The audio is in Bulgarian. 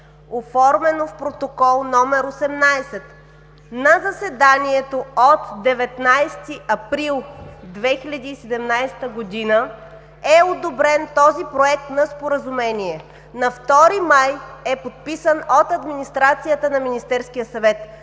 оформено в Протокол № 18, на заседанието от 19 април 2017 г. е одобрен този Проект на Споразумение. На 2 май е подписан от Администрацията на Министерския съвет.